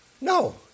no